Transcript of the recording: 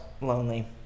lonely